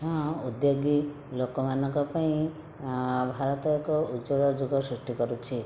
ହଁ ଉଦ୍ୟୋଗୀ ଲୋକମାନଙ୍କ ପାଇଁ ଭାରତ ଏକ ଉଜ୍ୱଳ ଯୁଗ ସୃଷ୍ଟି କରୁଛି